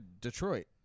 Detroit